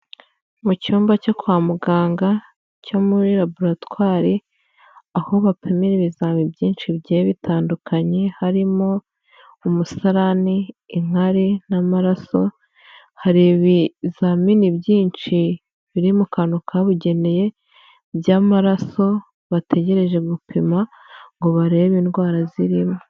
Mu cyumba cyo kwa muganga cyo muri raboratwari aho bapimira ibizami byinshi bigiye bitandukanye harimo umusarani inkari n'amaraso hari ibizamini byinshi biri mu kantu kabugenewe by'amaraso bategereje gupima ngo barebe indwara zirimo.